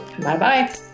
Bye-bye